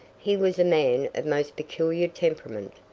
he was a man of most peculiar temperament,